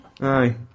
Aye